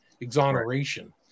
exoneration